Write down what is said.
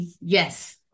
Yes